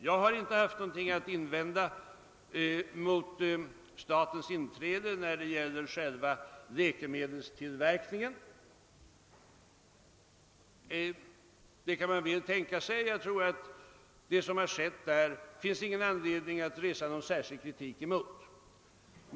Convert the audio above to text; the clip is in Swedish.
Jag har inte haft någonting att invända mot statens inträde när det gäller själva läkemedelstillverkningen — en sådan lösning kan man väl tänka sig. Jag tror alltså att det inte finns anledning att rikta någon särskild kritik mot vad som därvidlag hänt.